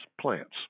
plants